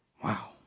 Wow